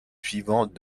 suivants